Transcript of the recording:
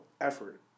effort